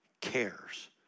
cares